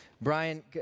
Brian